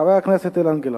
חבר הכנסת אילן גילאון,